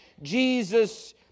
Jesus